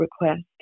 request